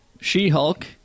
She-Hulk